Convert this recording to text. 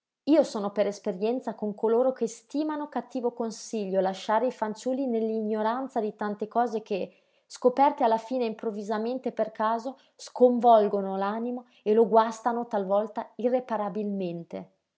io sono per esperienza con coloro che stimano cattivo consiglio lasciare i fanciulli nell'ignoranza di tante cose che scoperte alla fine improvvisamente per caso sconvolgono l'animo e lo guastano talvolta irreparabilmente